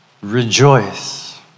Rejoice